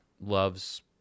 loves